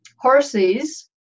horses